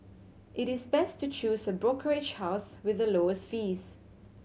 it is best to choose a brokerage house with the lowest fees